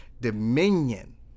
dominion